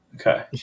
Okay